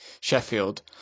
Sheffield